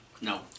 No